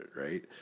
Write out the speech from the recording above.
right